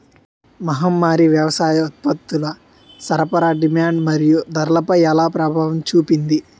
మహమ్మారి వ్యవసాయ ఉత్పత్తుల సరఫరా డిమాండ్ మరియు ధరలపై ఎలా ప్రభావం చూపింది?